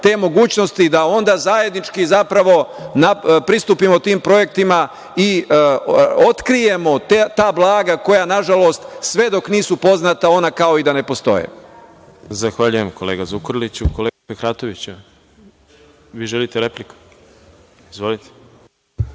te mogućnosti da onda zajednički zapravo pristupimo tim projektima i otkrijemo ta blaga koja, nažalost, sve dok nisu poznata ona kao i da ne postoje. **Đorđe Milićević** Zahvaljujem, kolega Zukorliću. Kolega Fehratoviću, vi želite repliku?(Jahja